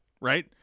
right